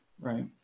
right